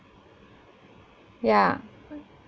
ya